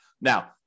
Now